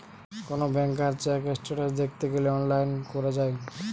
কোন ব্যাংকার check status দ্যাখতে গ্যালে অনলাইন করা যায়